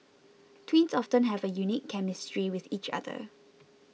twins often have a unique chemistry with each other